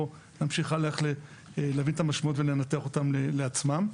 להמשיך להבין את המשמעות ולנתח אותה לעצמם.